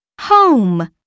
Home